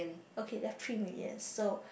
okay left three million so